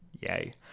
Yay